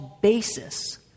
basis